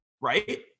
right